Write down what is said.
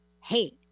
hate